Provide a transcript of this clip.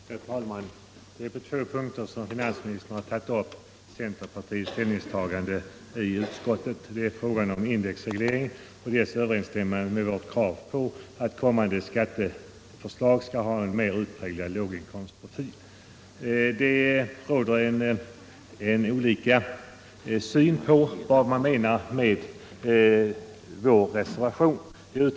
Herr talman! Det är på två punkter som finansministern har tagit upp centerpartiets ställningstagande i utskottet: dels frågan om indexreglering och vårt krav på att kommande skatteförslag skall ha en mer utpräglad låginkomstprofil, dels energiskattereglerna. Det råder olika syn mellan finansministern och oss reservanter på vad vi menar med vår reservation.